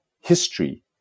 history